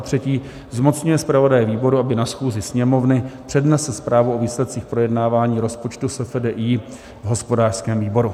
3. zmocňuje zpravodaje výboru, aby na schůzi Sněmovny přednesl zprávu o výsledcích projednávání rozpočtu SFDI v hospodářském výboru.